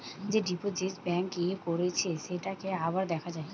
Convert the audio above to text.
যে deposit bank এ করেছে সেটাকে আবার দেখা যায়